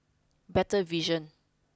better vision